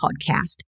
podcast